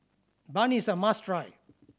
bun is a must try